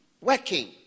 working